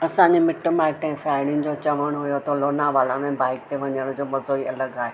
असांजे मिट माइट ऐं साहेड़िनि जो चवणु हुयो त लोनावला में बाइक ते वञण जो मज़ो ई अलॻि आहे